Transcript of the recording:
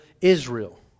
Israel